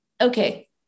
okay